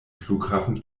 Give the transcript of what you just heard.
flughafen